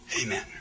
Amen